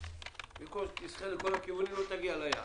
במקום שתשחה לכל הכיוונים ולא תגיע ליעד.